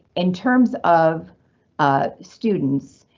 in terms of ah students,